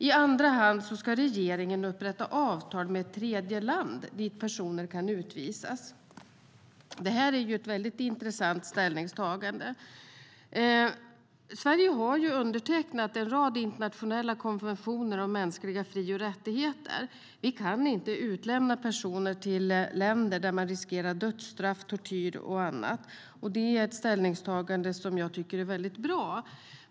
I andra hand ska regeringen upprätta avtal med ett tredje land dit personen kan utvisas, föreslår man. Det är ett intressant ställningstagande. Sverige har undertecknat en rad internationella konventioner om mänskliga fri och rättigheter. Vi kan inte utlämna personer till länder där man riskerar dödsstraff, tortyr och annat. Det är ett ställningstagande som jag tycker är bra.